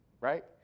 right